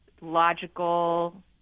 logical